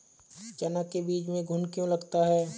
चना के बीज में घुन क्यो लगता है?